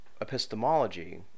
epistemology